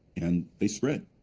and they spread.